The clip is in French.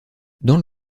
dans